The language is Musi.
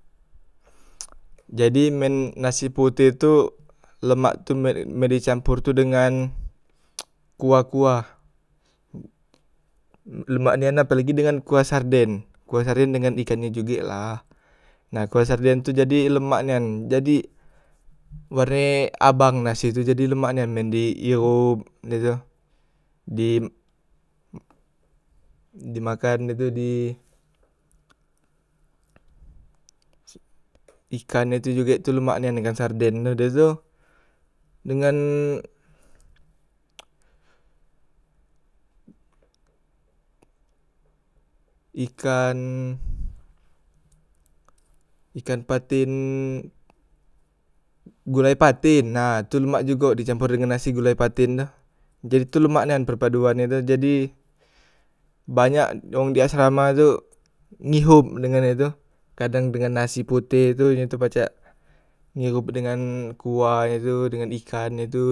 jadi men nase poteh tu lemak tu me men di campor tu dengan kuah- kuah e lemak nian apelagi dengan kuah sarden dengan ikan nye juge la, nah kuah sarden tu jadi lemak nian jadi warne abang nasi tu jadi lemak nian men di hiop ye tu di makan da tu di ikan nye tu juge lemak nian ikan sarden tu, die tu dengan ikan ikan paten, gulai paten, nah tu lemak jugo di campor dengan nasi gulai patin tu, jadi tu lemak nian perpaduan nye tu, jadi banyak wong di asrama tu ngihop dengan ye tu, kadang dengan nase poteh tu ye tu pacak ngihop dengan kuah e tu, dengan ikan e tu,